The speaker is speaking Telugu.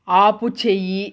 ఆపుచెయ్యి